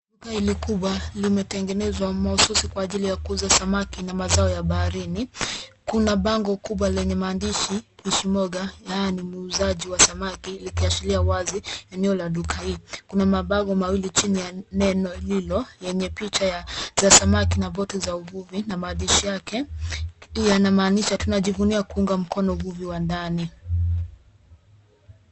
Duka hili kubwa limetengenezwa mahususi kwa ajili ya kuuza samaki na mazao ya baharini. Kuna bango kubwa lenye maandishi Fishmonger yaani muuzaji wa samaki likiashiria wazi eneo la duka hili. kuna mabango mawili chini ya neno lilo yenye picha za samaki na volti za uvuvi na maandishi yake yanamaanisha tunajivunia kuunga mkono uvuvi wa ndani.